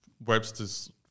Webster's